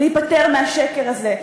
להיפטר מהשקר הזה.